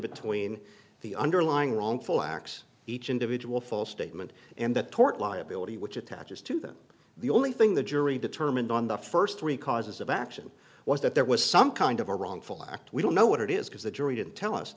between the underlying wrongful acts each individual false statement and the tort liability which attaches to them the only thing the jury determined on the first three causes of action was that there was some kind of a wrongful act we don't know what it is because the jury didn't tell us